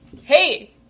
Hey